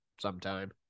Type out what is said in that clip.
sometime